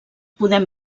podem